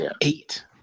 eight